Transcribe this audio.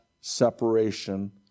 separation